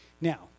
Now